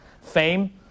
fame